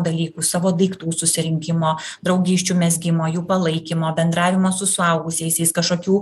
dalykų savo daiktų susirinkimo draugysčių mezgimo jų palaikymo bendravimo su suaugusiaisiais kažkokių